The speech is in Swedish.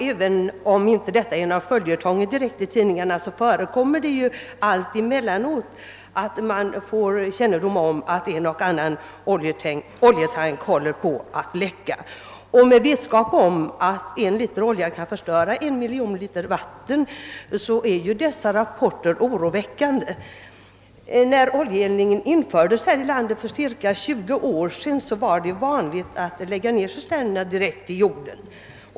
Även om det inte precis är någon följetong i tidningarna, förekommer det alltemellanåt att man får kännedom om att en och annan oljetank håller på att läcka. Med vetskap om att en liter olja kan förstöra en miljon liter vatten är dessa rapporter oroväckande. När oljeeldningen infördes här i landet för cirka 20 år sedan var det vanligt att lägga ned cisternerna i jorden.